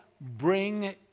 bring